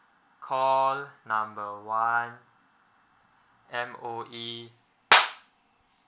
call number one M_O_E